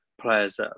players